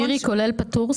מירי, כולל פטור?